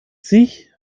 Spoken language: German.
sich